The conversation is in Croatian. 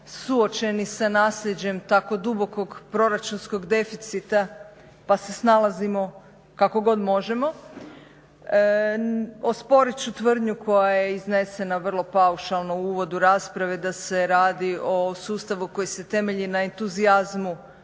suočeni sa nasljeđem tako dubokog proračunskog deficita pa se snalazimo kako god možemo. Osporit ću tvrdnju koja je iznesena vrlo paušalno u uvodu rasprave da se radi o sustavu koji se temelji na entuzijazmu